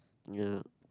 ya